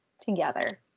together